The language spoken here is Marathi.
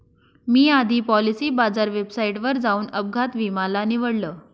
मी आधी पॉलिसी बाजार वेबसाईटवर जाऊन अपघात विमा ला निवडलं